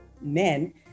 men